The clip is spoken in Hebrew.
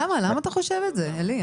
למה, למה אתה חושב את זה, עלי?